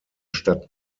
stadt